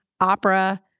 opera